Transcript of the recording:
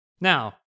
Now